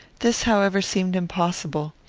this, however, seemed impossible.